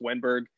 Wenberg